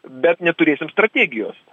bet neturėsim strategijos